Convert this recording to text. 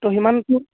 ত' সিমানটো